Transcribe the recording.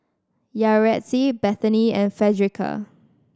Yaretzi Bethany and Fredericka